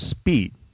speed